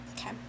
Okay